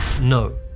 no